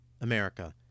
America